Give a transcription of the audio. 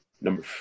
number